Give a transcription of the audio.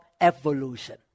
evolution